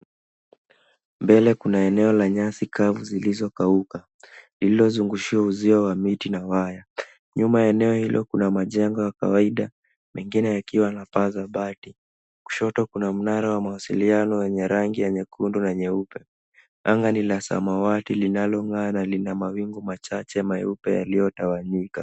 Mbele kuna eneo la nyasi kavu zilizo kauka, iliyo zungushiwa uzio wa miti na waya. Nyuma ya eneo hilo kuna majengo ya kawaida mengine yakiwa na paa za bati, kushoto kuna mnara wa mawasiliano yenye rangi ya nyekundu na nyeupe. Anga ni la samawati linalo ng'aa na lina mawingu machache meupe yaliyo tawanyika.